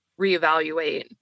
reevaluate